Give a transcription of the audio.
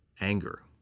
anger